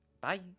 Bye